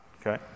okay